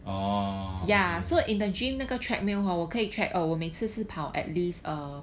orh okay